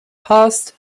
past